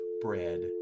bread